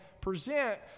present